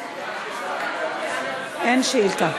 אין שאילתות.